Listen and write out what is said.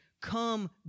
come